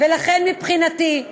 ולכן, מבחינתי,